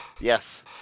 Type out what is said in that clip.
yes